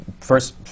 First